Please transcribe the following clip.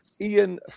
Ian